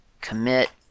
commit